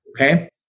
Okay